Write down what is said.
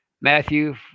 matthew